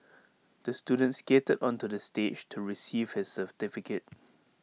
the student skated onto the stage to receive his certificate